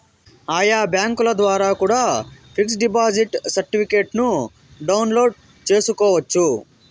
ఆయా బ్యాంకుల ద్వారా కూడా పిక్స్ డిపాజిట్ సర్టిఫికెట్ను డౌన్లోడ్ చేసుకోవచ్చు